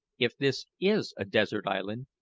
if this is a desert island,